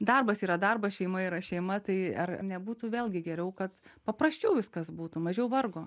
darbas yra darbas šeima yra šeima tai ar nebūtų vėlgi geriau kad paprasčiau viskas būtų mažiau vargo